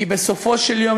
כי בסופו של יום,